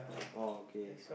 orh okay